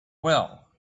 well